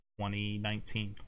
2019